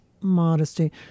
modesty